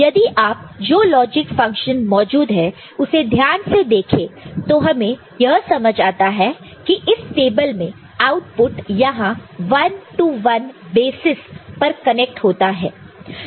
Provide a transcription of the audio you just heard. यदि आप जो लॉजिक फंक्शनस मौजूद है उसे ध्यान से देखें तो हमें यह समझ आता है की इस टेबल में आउटपुट यहां वन टू वन बेसिस पर कनेक्ट होता है